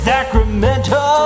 Sacramento